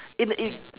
in it